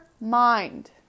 mind